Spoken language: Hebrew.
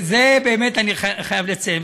זה באמת אני חייב לציין.